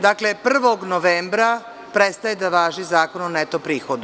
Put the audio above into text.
Dakle, 1. novembra prestaje da važi Zakon o neto prihodu.